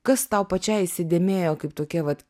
kas tau pačiai įsidėmėjo kaip tokie vat